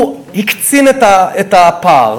הוא הקצין את הפער.